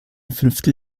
fünftel